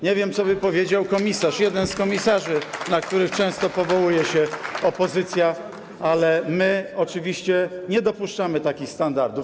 Nie wiem, co by powiedział komisarz, jeden z komisarzy, na których często powołuje się opozycja, ale my oczywiście nie dopuszczamy takich standardów.